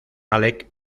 alec